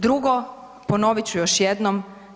Drugo, ponovit ću još jednom.